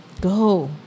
go